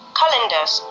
calendars